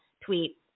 tweet